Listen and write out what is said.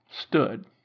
stood